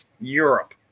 Europe